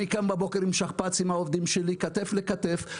אני קם בבוקר עם שכפ"ץ עם העובדים שלי כתף לכתף,